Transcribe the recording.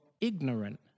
ignorant